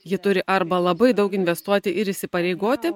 ji turi arba labai daug investuoti ir įsipareigoti